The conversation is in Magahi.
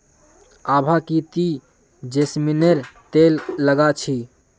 आभा की ती जैस्मिनेर तेल लगा छि